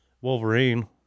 Wolverine